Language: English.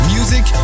Music